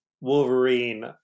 Wolverine